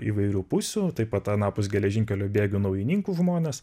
įvairių pusių taip pat anapus geležinkelio bėgių naujininkų žmonės